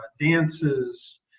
dances